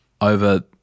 over